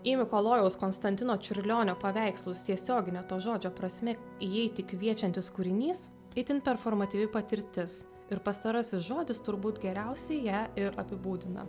į mikalojaus konstantino čiurlionio paveikslus tiesiogine to žodžio prasme įeiti kviečiantis kūrinys itin performatyvi patirtis ir pastarasis žodis turbūt geriausiai ją ir apibūdina